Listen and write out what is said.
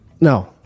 No